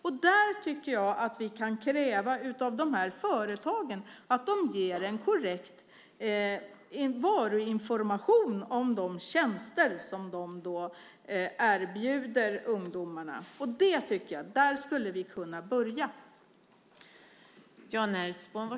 Jag tycker att vi kan kräva av de här företagen att de ger en korrekt varuinformation om de tjänster som de erbjuder ungdomarna. Där skulle vi kunna börja, tycker jag.